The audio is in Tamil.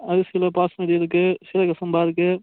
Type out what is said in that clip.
அரிசியில் பாஸ்மதி இருக்குது சீரக சம்பா இருக்குது